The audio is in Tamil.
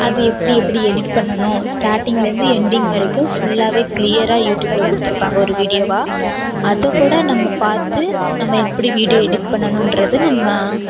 அது எப்படி எப்படி எடிட் பண்ணணும் ஸ்டார்டிங்லேருந்து எண்டிங் வரைக்கும் ஃபுல்லாகவே கிளியராக யூடியூபில் கொடுத்துருப்பாங்க ஒரு வீடியோவாக அதை கூட நம்ம பார்த்து நம்ம எப்படி வீடியோ எடிட் பண்ணணும்ன்றது நம்ம